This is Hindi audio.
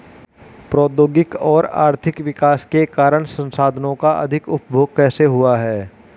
प्रौद्योगिक और आर्थिक विकास के कारण संसाधानों का अधिक उपभोग कैसे हुआ है?